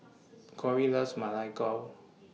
Corie loves Ma Lai Gao